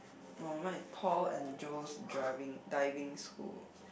oh mine is Paul and Joe's driving Diving School